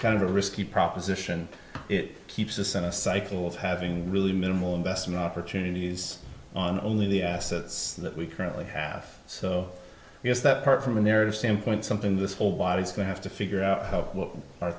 kind of a risky proposition it keeps us in a cycle of having really minimal investment opportunities on only the assets that we currently have so yes that part from a narrative standpoint something this whole lot is going to have to figure out what our